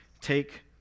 take